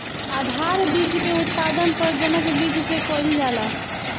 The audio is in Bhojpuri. आधार बीज के उत्पादन प्रजनक बीज से कईल जाला